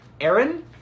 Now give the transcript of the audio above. Aaron